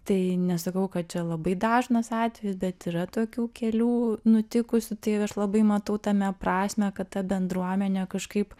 tai nesakau kad čia labai dažnas atvejis bet yra tokių kelių nutikusių tai aš labai matau tame prasmę kad ta bendruomenė kažkaip